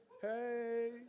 Hey